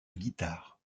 guitare